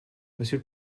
monsieur